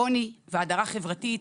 עוני והדרה חברתית,